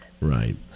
Right